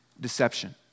deception